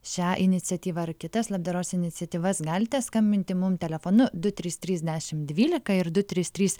šią iniciatyvą ar kitas labdaros iniciatyvas galite skambinti mum telefonu du trys trys dešimt dvylika ir du trys trys